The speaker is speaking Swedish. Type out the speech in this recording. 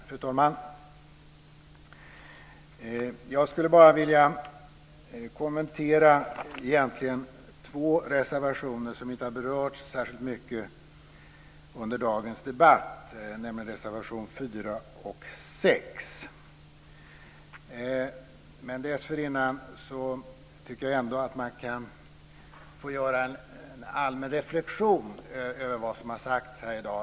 Fru talman! Jag skulle egentligen bara vilja kommentera två reservationer som inte har berörts särskilt mycket under dagens debatt, nämligen reservationerna 4 och 6. Men dessförinnan tycker jag ändå att man kan få göra en allmän reflexion över vad som har sagts här i dag.